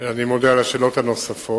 אני מודה על השאלות הנוספות.